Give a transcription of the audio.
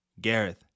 Gareth